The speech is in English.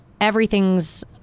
everything's